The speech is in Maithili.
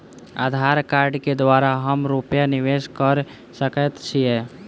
आधार कार्ड केँ द्वारा हम रूपया निवेश कऽ सकैत छीयै?